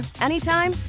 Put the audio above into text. anytime